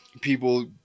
people